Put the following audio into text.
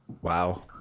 wow